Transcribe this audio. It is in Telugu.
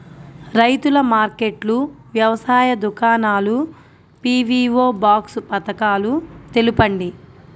రైతుల మార్కెట్లు, వ్యవసాయ దుకాణాలు, పీ.వీ.ఓ బాక్స్ పథకాలు తెలుపండి?